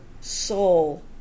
soul